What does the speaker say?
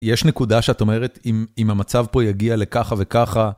יש נקודה שאת אומרת, אם המצב פה יגיע לככה וככה...